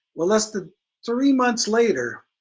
well less than three months later,